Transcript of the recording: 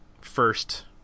first